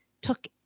took